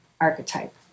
archetype